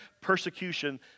persecution